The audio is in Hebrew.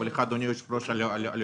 ולך אדוני היושב-ראש על היוזמה.